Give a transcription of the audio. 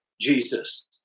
Jesus